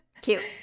cute